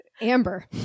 Amber